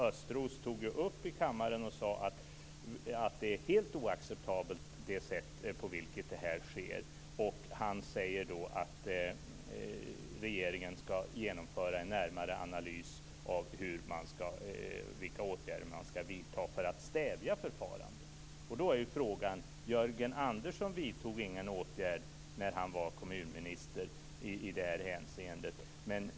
Östros tog upp detta i kammaren och sade att det sätt på vilket detta sker är helt oacceptabelt. Han sade då att regeringen skulle genomföra en närmare analys av vilka åtgärder som skall vidtas för att stävja förfarandet. Jörgen Andersson vidtog ingen åtgärd när han var kommunminister i detta hänseende.